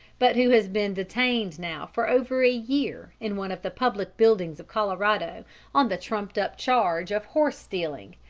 but who has been detained now for over a year in one of the public buildings of colorado on the trumped-up charge of horse-stealing.